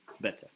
better